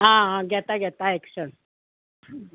आं आं घेता घेता एक्शन